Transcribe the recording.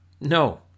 No